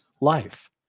life